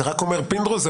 פינדרוס,